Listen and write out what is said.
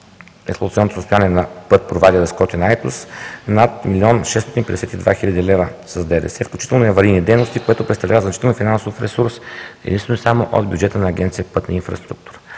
експлоатационното състояние на път „Провадия – Дъскотино – Айтос“, над 1 млн. 652 хил. лв. с ДДС, включително и аварийни дейности, което представлява значителен финансов ресурс единствено и само от бюджета на Агенция „Пътна инфраструктура“.